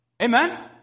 Amen